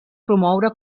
promoure